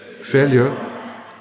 failure